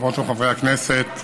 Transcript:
חברות וחברי הכנסת,